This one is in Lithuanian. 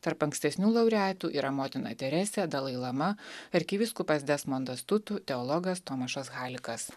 tarp ankstesnių laureatų yra motina teresė dalai lama arkivyskupas desmondas tutu teologas tomašas halikas